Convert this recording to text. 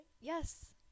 Yes